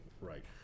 right